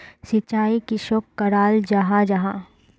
सिंचाई किसोक कराल जाहा जाहा?